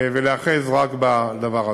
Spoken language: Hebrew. ולהיאחז רק בדבר הזה.